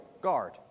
guard